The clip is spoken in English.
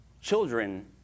children